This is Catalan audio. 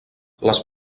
les